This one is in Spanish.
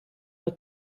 por